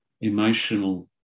emotional